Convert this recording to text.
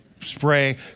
spray